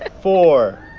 four,